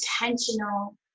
intentional